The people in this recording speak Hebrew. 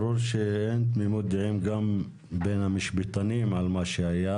ברור שאין תמימות דעים גם בין המשפטנים על מה שהיה